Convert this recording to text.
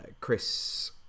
Chris